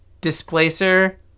Displacer